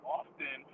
often